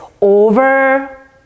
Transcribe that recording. over